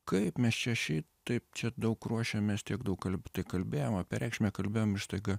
kaip mes čia šitaip čia daug ruošiamės tiek daug kal tai kalbėjom apie reikšmę kalbėjom ir staiga